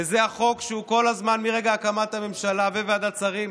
וזה החוק שמרגע הקמת הממשלה וועדת השרים,